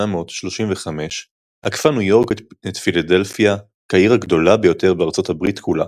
ב-1835 עקפה ניו יורק את פילדלפיה כעיר הגדולה ביותר בארצות הברית כולה.